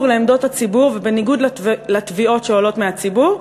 לעמדות הציבור ובניגוד לתביעות שעולות מהציבור,